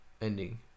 ending